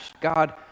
God